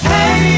Hey